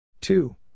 Two